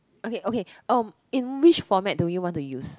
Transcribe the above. okay okay um in which format do you want to use